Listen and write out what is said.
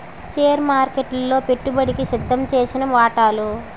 share మార్కెట్లలో పెట్టుబడికి సిద్దంచేసిన వాటాలు